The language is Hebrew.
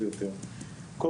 דבר חמישי,